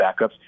backups